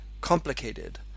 complicated